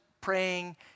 praying